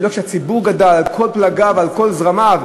לא כשהציבור גדל, על כל פלגיו על כל זרמיו.